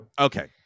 Okay